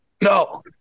No